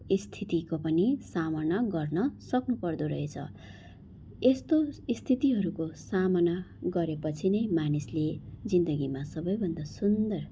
स्थितिको पनि सामना गर्न सक्नुपर्दो रहेछ यस्तो स्थितिहरूको सामना गरेपछि नै मानिसले जिन्दगीमा सबैभन्दा सुन्दर